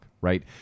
right